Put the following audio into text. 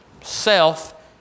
self